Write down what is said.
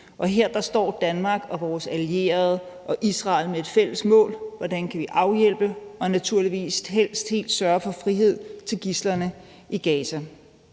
her står Danmark og vores allierede og Israel med et fælles mål: Hvordan kan vi hjælpe og naturligvis helst helt sørge for frihed til gidslerne i Gaza?